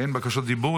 אין בקשות דיבור.